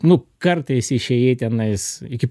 nu kartais išėjai tenais iki